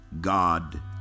God